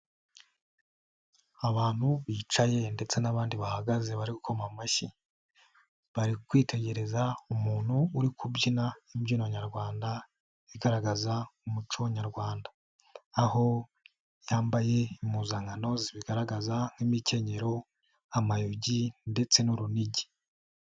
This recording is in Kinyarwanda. Abantu bicaye ndetse n'abandi bahagaze bari gukoma amashyi. Bari kwitegereza umuntu uri kubyina imbyino nyarwanda, igaragaza umuco nyarwanda. Aho yambaye impuzankano zibigaragaza nk'imikenyero, amayugi ndetse n'urunigi.